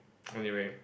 anyway